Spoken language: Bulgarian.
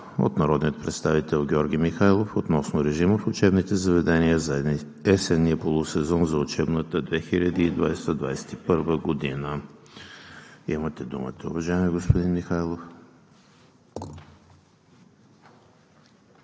от народния представител Георги Михайлов относно режима в учебните заведения в есенния полусезон за учебната 2020 – 2021 г. Имате думата, уважаеми господин Михайлов.